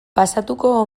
pasatuko